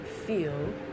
feel